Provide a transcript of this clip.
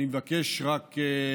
אני רק מבקש להבהיר,